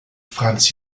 franz